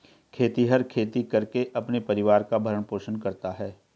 खेतिहर खेती करके अपने परिवार का भरण पोषण करता है